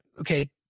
Okay